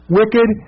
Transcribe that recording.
wicked